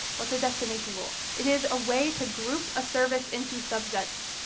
what's a destination rule? it is a way to group a service into subsets,